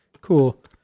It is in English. Cool